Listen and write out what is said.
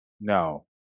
no